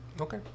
Okay